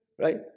Right